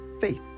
faith